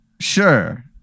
sure